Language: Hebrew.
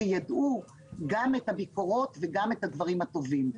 שידעו גם את הביקורות וגם את הדברים הטובים.